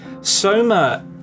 Soma